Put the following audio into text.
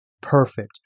perfect